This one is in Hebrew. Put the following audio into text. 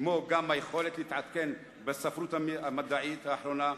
כמו גם היכולת להתעדכן בספרות המדעית האחרונה,